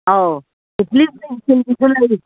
ꯑꯧ ꯀꯦꯠꯇꯂꯤꯗꯤ ꯏꯁꯇꯤꯜꯒꯤꯁꯨ ꯂꯩ